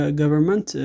government